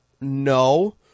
No